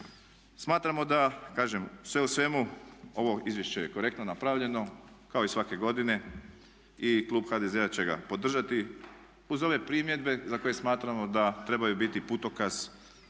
Smatramo da kažem sve u svemu ovo izvješće je korektno napravljeno kao i svake godine i klub HDZ-a će ga podržati uz ove primjedbe za koje smatramo da trebaju biti putokaz